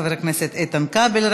חבר הכנסת איתן כבל.